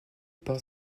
par